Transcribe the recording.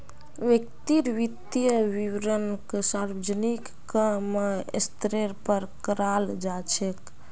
व्यक्तिर वित्तीय विवरणक सार्वजनिक क म स्तरेर पर कराल जा छेक